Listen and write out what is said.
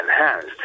enhanced